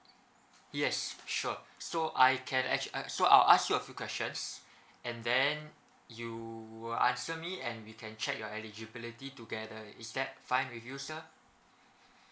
yes sure so I can actua~ uh so I'll ask you a few questions and then you will answer me and we can check your eligibility together is that fine with you sir